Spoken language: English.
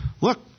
look